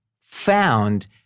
found